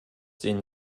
den